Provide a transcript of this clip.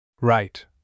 Right